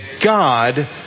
God